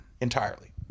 entirely